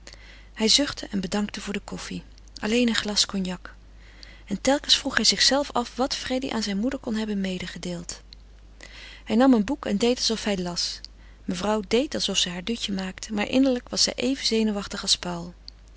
hij zuchtte en bedankte voor de koffie alleen een glas cognac en telkens vroeg hij zichzelven af wat freddy aan zijn moeder kon hebben medegedeeld hij nam een boek en deed alsof hij las mevrouw deed alsof ze haar dutje maakte maar innerlijk was zij even zenuwachtig als paul